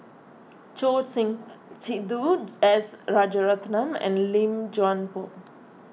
Choor Singh Sidhu S Rajaratnam and Lim Chuan Poh